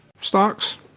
stocks